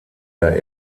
der